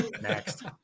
Next